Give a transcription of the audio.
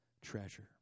treasure